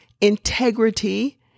integrity